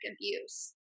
abuse